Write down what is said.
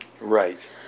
Right